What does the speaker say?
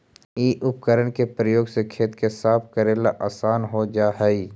इ उपकरण के प्रयोग से खेत के साफ कऽरेला असान हो जा हई